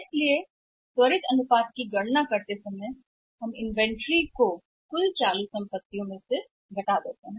इसलिए केवल हम कुल वर्तमान संपत्ति से केवल सूची को घटाते हैं त्वरित अनुपात की गणना के लिए वर्तमान नहीं